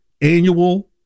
annual